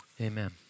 amen